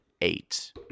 eight